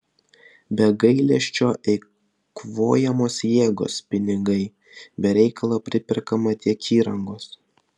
be gailesčio eikvojamos jėgos pinigai be reikalo priperkama tiek įrangos